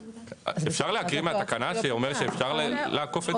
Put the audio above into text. אפשר להקריא מהתקנה שהיא אומרת שאפשר לעקוף?